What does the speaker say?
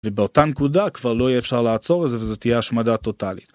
ובאותה נקודה כבר לא יהיה אפשר לעצור את זה, וזה תהיה השמדה טוטאלית.